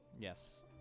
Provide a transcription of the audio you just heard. Yes